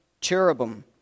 cherubim